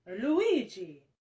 Luigi